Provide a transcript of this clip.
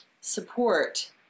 support